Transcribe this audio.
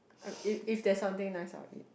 if if there's something nice I will eat